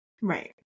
Right